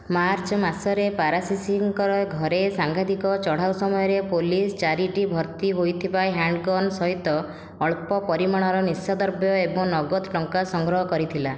March ମାସରେ ପାରାସିରିସ୍ଙ୍କ ଘରେ ସାଂଘାତିକ ଚଢ଼ାଉ ସମୟରେ ପୋଲିସ ଚାରିଟି ଭର୍ତ୍ତି ହୋଇଥିବା ହ୍ୟାଣ୍ଡଗନ୍ ସହିତ ଅଳ୍ପ ପରିମାଣର ନିଶାଦ୍ରବ୍ୟ ଏବଂ ନଗଦ ଟଙ୍କା ସଂଗ୍ରହ କରିଥିଲା